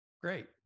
great